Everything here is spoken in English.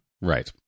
Right